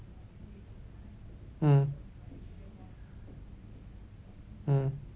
mm mm